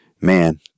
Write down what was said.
man